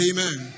Amen